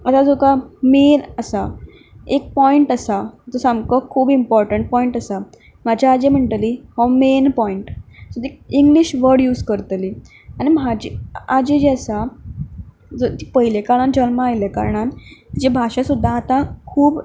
आतां तुका मेन आसा एक पॉयंट आसा जो सामको खूब इम्पॉटंट पॉयंट आसा म्हाजी आजी म्हणटली हो मेन पॉयंट सो ती इंग्लीश वड यूज करतली आनी म्हाजी आजी जी आसा ज ती पयले काळान जल्मा आयले कारणान तिजे भाशा सुद्दा आतां खूब